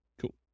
Cool